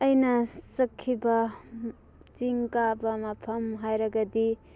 ꯑꯩꯅ ꯆꯠꯈꯤꯕ ꯆꯤꯡ ꯀꯥꯕ ꯃꯐꯝ ꯍꯥꯏꯔꯒꯗꯤ